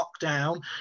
lockdown